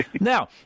Now